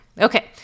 Okay